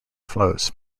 flows